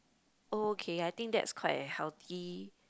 oh okay I think that's quite a healthy